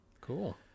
Cool